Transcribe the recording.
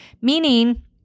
Meaning